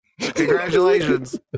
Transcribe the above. Congratulations